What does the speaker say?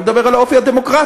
אלא מדבר על האופי הדמוקרטי,